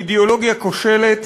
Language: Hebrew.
היא אידיאולוגיה כושלת,